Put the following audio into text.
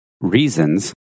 reasons